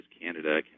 Canada